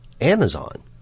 Amazon